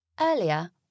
Earlier